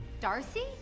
Darcy